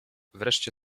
wreszcie